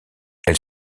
elle